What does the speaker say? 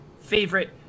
favorite